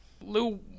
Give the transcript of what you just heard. Lou